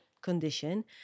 condition